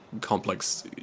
complex